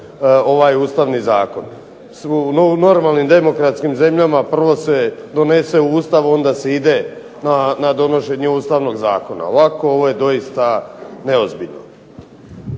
ovaj Ustavni zakon. U normalnim demokratskim zemljama prvo se donese Ustav i onda se ide na donošenje Ustavnog zakona, ovo je zaista neozbiljno.